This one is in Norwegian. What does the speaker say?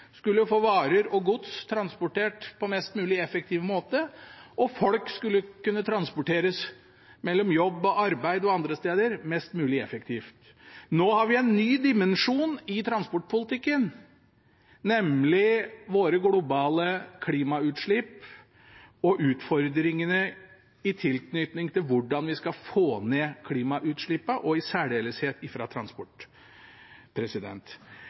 få varer og gods transportert på mest mulig effektiv måte, og folk skulle kunne transporteres mellom jobb og arbeid og andre steder mest mulig effektivt. Nå har vi en ny dimensjon i transportpolitikken, nemlig våre globale klimagassutslipp og utfordringene i tilknytning til hvordan vi skal få ned klimagassutslippene, i særdeleshet fra transport.